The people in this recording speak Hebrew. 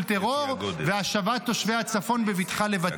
טרור והשבת תושבי הצפון בבטחה לבתיהם.